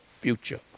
future